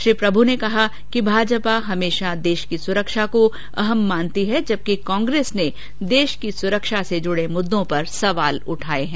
श्री प्रभू ने कहा कि भाजपा हमेशा देश की सुरक्षा को अहम मानती है जबकि कांग्रेस ने देश की सुरक्षा से जुडे मुददों पर सवाल उठाये हैं